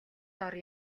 доор